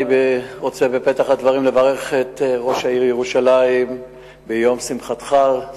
אני רוצה בפתח הדברים לברך את ראש העיר ירושלים ביום שמחתנו.